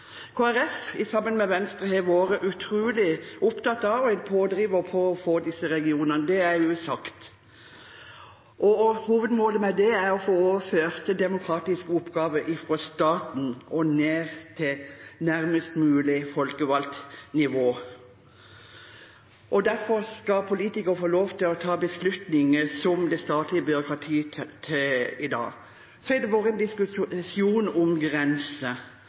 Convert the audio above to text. Kristelig Folkeparti, sammen med Venstre, har vært utrolig opptatt av og en pådriver for å få til disse regionene. Det er også sagt. Hovedmålet med det er å få overført demokratiske oppgaver fra staten og ned til nærmest mulige folkevalgte nivå. Politikere skal få lov til å ta beslutninger som det statlige byråkratiet tar i dag. Så har det vært en diskusjon om grenser,